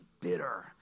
bitter